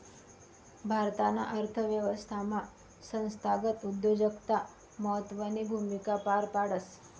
भारताना अर्थव्यवस्थामा संस्थागत उद्योजकता महत्वनी भूमिका पार पाडस